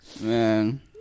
Man